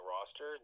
roster